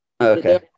Okay